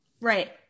Right